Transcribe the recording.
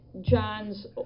John's